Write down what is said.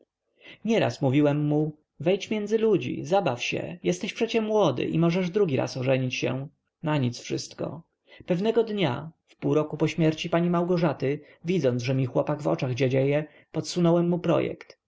nieraz mówiłem mu wejdź między ludzi zabaw się jesteś przecie młody i możesz drugi raz ożenić się na nic wszystko pewnego dnia wpół roku po śmierci pani małgorzaty widząc że mi chłopak w oczach dziadzieje podsunąłem mu projekt